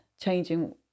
changing